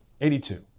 82